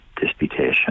Disputation